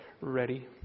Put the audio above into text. ready